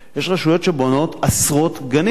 יש רשויות שבונות עשרות גנים,